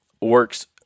works